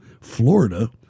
Florida